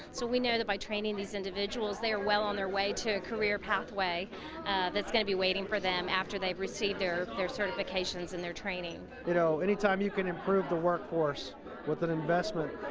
so we know that by training these individuals, they are well on their way to a career pathway that's gonna be waiting for them after they've received their their certifications and their training. you know, anytime you can improve the workforce with an investment,